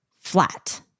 flat